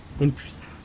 Interesting